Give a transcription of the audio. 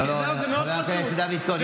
חבר הכנסת דוידסון,